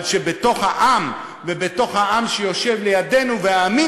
אבל בתוך העם ובתוך העם שיושב לידנו והעמים